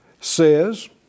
says